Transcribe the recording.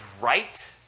right